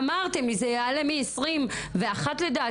אמרתם שזה יעלה מ-21 ל-40,